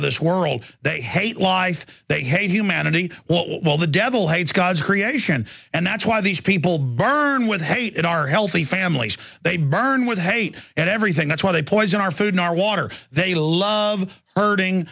of this world they hate life they hate humanity what will the devil hates god's creation and that's why these people burn with hate in our healthy families they burn with hate and everything that's why they poison our food our water they love hurting